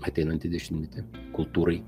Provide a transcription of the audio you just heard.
ateinantį dešimtmetį kultūrai